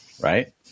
right